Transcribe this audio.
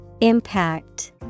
Impact